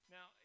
Now